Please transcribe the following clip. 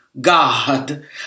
God